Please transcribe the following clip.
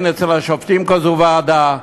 אין אצל השופטים כזו ועדה.